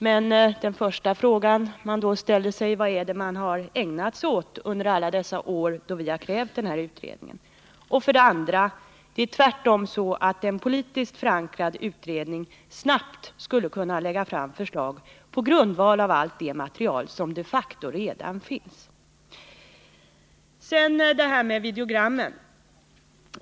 För det första frågar man sig då: Vad är det man har ägnat sig åt under alla dessa år, när vi har krävt den här utredningen? Och för det andra vill jag säga: Det är tvärtom så att en politiskt förankrad utredning snabbt skulle lägga fram förslag på grundval av det material som de facto redan finns. Sedan några ord om detta med videogrammen.